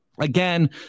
Again